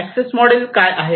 access model काय आहे